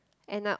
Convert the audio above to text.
end up